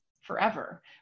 forever